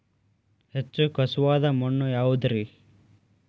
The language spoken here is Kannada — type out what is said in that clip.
ಹೆಚ್ಚು ಖಸುವಾದ ಮಣ್ಣು ಯಾವುದು ರಿ?